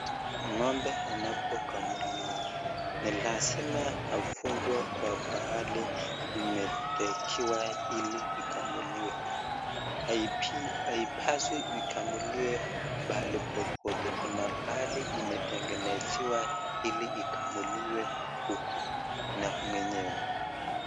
Ngombe anapokamuliwa ni lazima afungwe kwa pahali imetegiwa hili ikamukiwe haipaswi ikamuliwe mahali popote kuna mahali imetengenezewa hili ikamuliwe huku na mwenye.